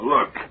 Look